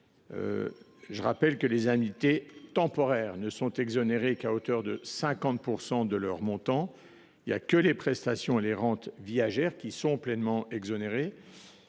je rappelle que les indemnités temporaires ne sont exonérées qu’à hauteur de 50 % de leur montant. Seules les prestations et les rentes viagères sont totalement exonérées.